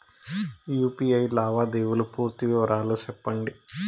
UPI లావాదేవీల పూర్తి వివరాలు సెప్పండి?